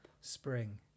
Spring